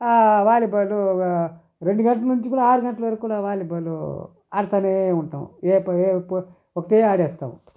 volleyball ఒక రెండు గంటల నుంచి కూడా ఆరు గంటలకి కూడా వాలిబాలు ఆడతానే ఉంటాం ఒకటే ఆడేస్తాం